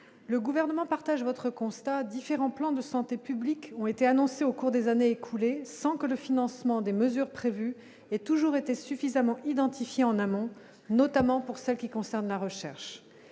le gouvernement partage votre constat différents plans de santé publique ont été annoncés au cours des années écoulées sans que le financement des mesures prévues et toujours été suffisamment identifiée en amont, notamment pour celles qui concernent la recherche,